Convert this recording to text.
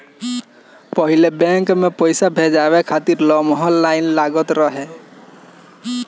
पहिले बैंक में पईसा भजावे खातिर लमहर लाइन लागल रहत रहे